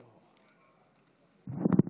אדוני היושב-ראש, חבריי חברי הכנסת, ראינו